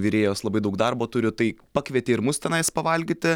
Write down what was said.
virėjos labai daug darbo turi tai pakvietė ir mus tenais pavalgyti